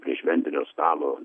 prie šventinio stalo